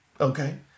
Okay